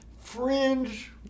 fringe